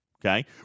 Okay